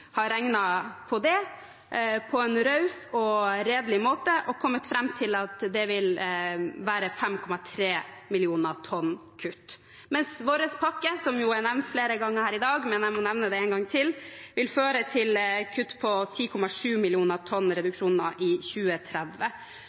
har regnet på det på en raus og redelig måte og kommet fram til at det vil være 5,3 millioner tonn kutt, mens vår pakke – som jo er nevnt flere ganger her i dag, men jeg må nevne den en gang til – vil føre til kutt på 10,7 millioner tonn reduksjon i 2030.